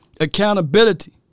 Accountability